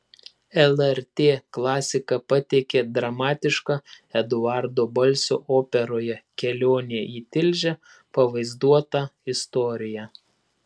lrt klasika pateikė dramatišką eduardo balsio operoje kelionė į tilžę pavaizduotą istoriją